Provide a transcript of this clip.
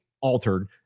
altered